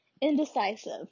indecisive